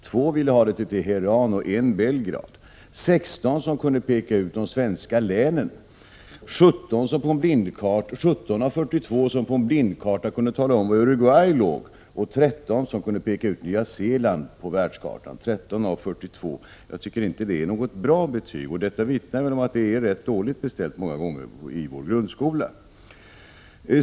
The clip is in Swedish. Två trodde att det var Teheran, och en trodde att det var Belgrad. 16 av 42 kunde peka ut de svenska länen. 17 av 42 kunde på en bildkarta peka ut var Uruguay ligger. 13 av 42 kunde peka ut Nya Zeeland på världskartan. Jag tycker inte att detta är något bra betyg. Och detta vittnar väl om att det är ganska dåligt beställt många gånger i vår grundskola.